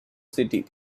city